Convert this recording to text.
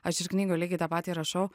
aš ir knygoj lygiai tą patį rašau